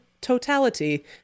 totality